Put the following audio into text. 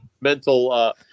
mental